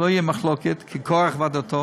שלא תהיה מחלוקת כקורח ועדתו